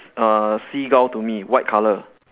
uh seagull to me white color